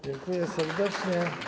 Dziękuję serdecznie.